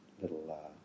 little